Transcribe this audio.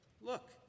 Look